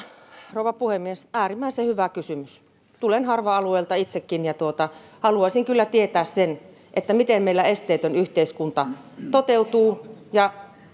rouva puhemies äärimmäisen hyvä kysymys tulen harva alueelta itsekin ja haluaisin kyllä tietää sen miten meillä esteetön yhteiskunta toteutuu ja